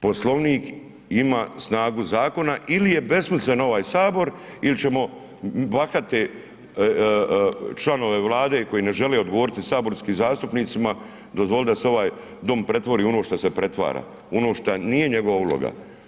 Poslovnik ima snagu zakona ili je besmislen ovaj Sabor ili ćemo bahate članove Vlade koji ne žele odgovoriti saborskim zastupnicima dozvoliti da se ovaj Dom pretvori u ono što se pretvara u ono što nije njegova uloga.